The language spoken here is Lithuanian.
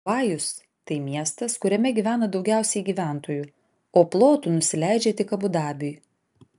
dubajus tai miestas kuriame gyvena daugiausiai gyventojų o plotu nusileidžia tik abu dabiui